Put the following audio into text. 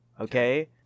Okay